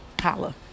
Holla